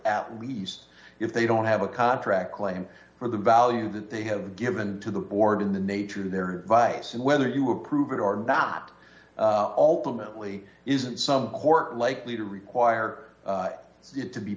at least if they don't have a contract claim for the value that they have given to the board in the nature of their bias and whether you approve it or not ultimately isn't some work likely to require it to be